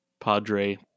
Padre